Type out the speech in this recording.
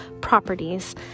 properties